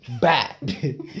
Bad